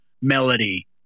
melody